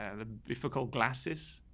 and the difficult glasses,